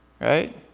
right